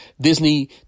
Disney